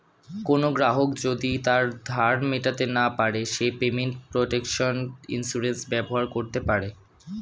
কোনো গ্রাহক যদি তার ধার মেটাতে না পারে সে পেমেন্ট প্রটেকশন ইন্সুরেন্স ব্যবহার করতে পারে